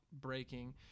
Breaking